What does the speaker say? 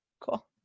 Cool